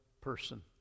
person